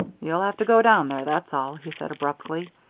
you'll have to go down there, that's all, he said abruptly.